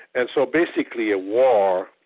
and so basically a war,